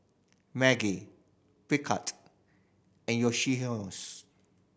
Maggi Picard and